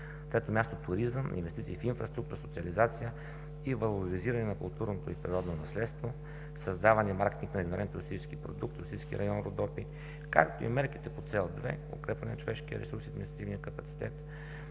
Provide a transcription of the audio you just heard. трето място, „Туризъм – инвестиции в инфраструктура, социализация и валоризиране на културно и природно наследство, създаване и маркетинг на регионален туристически продукт в туристически район „Родопи“, както и мерките по цел 2 „Укрепване на човешкия ресурс и административния капацитет“.